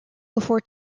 before